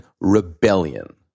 rebellion